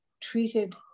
treated